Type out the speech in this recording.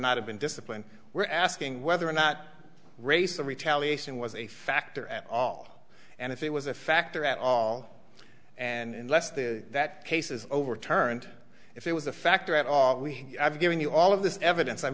not have been disciplined we're asking whether or not race the retaliation was a factor at all and if it was a factor at all and less the that case is overturned if it was a factor at all we have given you all of this evidence i'm